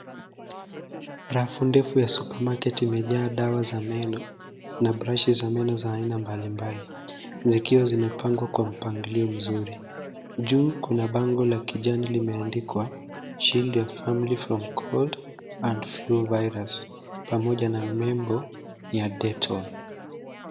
Rafu ndefu ya supermarket imejaa dawa za meno, na brashi za meno za aina mbalimbali, zikiwa zimepangwa kwa mpangilio mzuri. Juu kuna bango la kijani limeandikwa shield your family from cold, and flu virus , pamoja na nembo ya Detol.